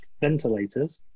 ventilators